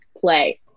play